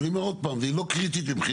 אני אומר עוד פעם, היא לא קריטית מבחינתי.